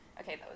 Okay